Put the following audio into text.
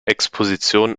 exposition